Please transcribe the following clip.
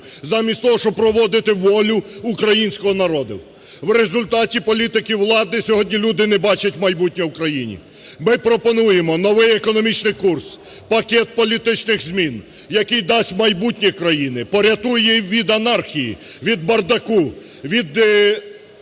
замість того, щоб проводити волю українського народу. В результаті політики влади сьогодні люди не бачать майбутнього у країні. Ми пропонуємо новий економічний курс, пакет політичних змін, який дасть майбутнє країні, порятує її від анархії, від бардаку, від